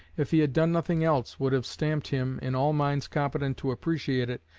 if he had done nothing else, would have stamped him, in all minds competent to appreciate it,